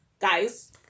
guys